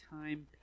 time